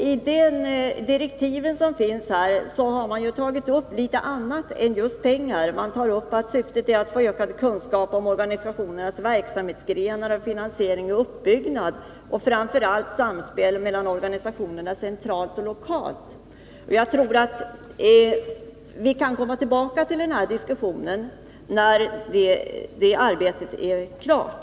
I direktiven till kommittén står det att man skall ta upp litet annat än just frågan om pengar. Man säger att syftet är att få ökade kunskaper om organisationernas verksamhetsgrenar, finansiering och uppbyggnad och framför allt om samspelet mellan organisationerna centralt och lokalt. Jag tror att vi kan komma tillbaka till den här diskussionen när det arbetet är klart.